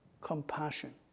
compassion